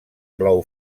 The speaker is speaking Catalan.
blau